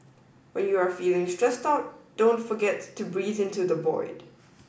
when you are feeling stressed out don't forget to breathe into the void